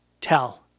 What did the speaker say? tell